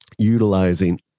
utilizing